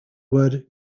word